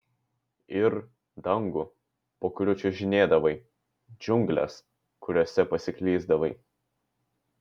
ir dangų po kuriuo čiuožinėdavai džiungles kuriose pasiklysdavai